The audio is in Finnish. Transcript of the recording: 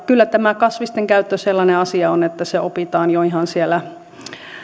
kyllä tämä kasvisten käyttö sellainen asia on että se opitaan jo ihan siellä